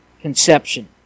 conception